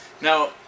Now